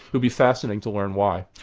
would be fascinating to learn why.